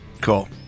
Cool